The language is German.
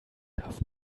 darf